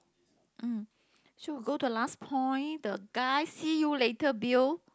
um should go to last point the guy see you later bill